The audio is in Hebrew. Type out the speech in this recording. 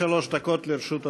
עד שלוש דקות לרשות